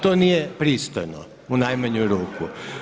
To nije pristojno u najmanju ruku.